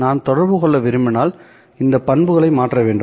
நான் தொடர்பு கொள்ள விரும்பினால் இந்த பண்புகளை மாற்ற வேண்டும்